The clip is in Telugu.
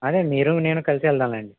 అదే మీరు నేను కలిసి వెళ్దామండి